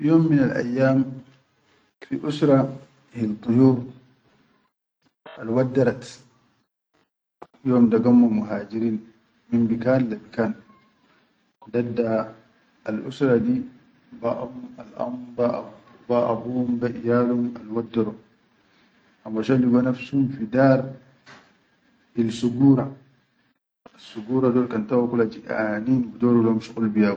Fi yom minal ayyam fi usur hil tuyur al waddarat yom da gammo muhajirin min bikan le bikan, dadda al usura di ba am alam be abum be iyalum alwaddaro la magho ligo nafsum fi daar hil sugurru. Assugura dol kan tawwa kula jiʼanin budorul lom.